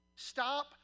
Stop